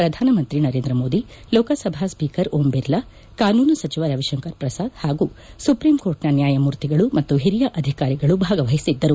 ಪ್ರಧಾನ ಮಂತ್ರ ನರೇಂದ್ರ ಮೋದಿ ಲೋಕಸಭಾ ಸ್ವೀಕರ್ ಓಂ ಬಿರ್ಲಾ ಕಾನೂನು ಸಚಿವ ರವಿಶಂಕರ್ ಪ್ರಸಾದ್ ಹಾಗೂ ಸುಪ್ರೀಂಕೋರ್ಟ್ನ ನ್ನಾಯಮೂರ್ತಿಗಳು ಮತ್ತು ಅಧಿಕಾರಿಗಳು ಭಾಗವಹಿಸಿದ್ದರು